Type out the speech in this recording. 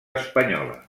espanyola